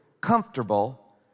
comfortable